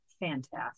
fantastic